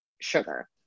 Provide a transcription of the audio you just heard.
sugar